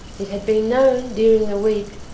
it had been known, during the week,